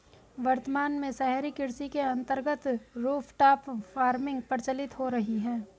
वर्तमान में शहरी कृषि के अंतर्गत रूफटॉप फार्मिंग प्रचलित हो रही है